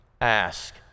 ask